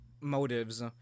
motives